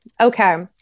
Okay